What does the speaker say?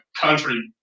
country